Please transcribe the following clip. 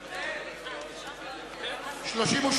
בעד, 38,